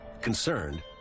Concerned